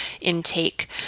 intake